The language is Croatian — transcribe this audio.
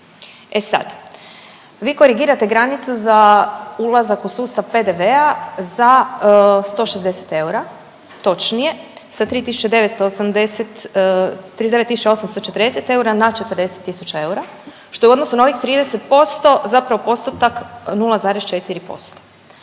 E sad, vi korigirate granicu za ulazak u sustav PDV-a za 160 eura točnije sa 39840 eura na 40000 eura što je u odnosu na ovih 30% zapravo postotak 0,4%.